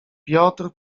piotr